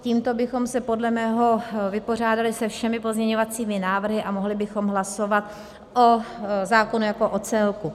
Tímto bychom se podle mého vypořádali se všemi pozměňovacími návrhy a mohli bychom hlasovat o zákonu jako o celku.